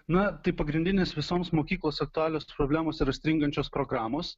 na tai pagrindinis visoms mokyklos aktualios problemos yra stringančios programos